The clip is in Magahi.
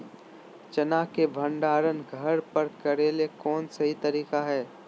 चना के भंडारण घर पर करेले कौन सही तरीका है?